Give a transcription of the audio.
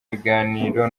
ibiganiro